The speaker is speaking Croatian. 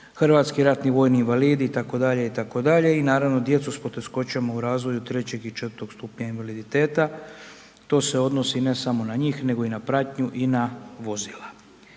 hrvatski ratni vojni invalidi itd., itd. i naravno, djecu s poteškoćama u razviju III. i IV. stupnja invaliditeta, to se odnosi ne samo na njih nego i na pratnju i na vozila.